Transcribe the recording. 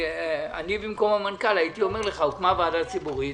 אני במקום המנכ"ל הייתי אומר לך: הוקמה ועדה ציבורית,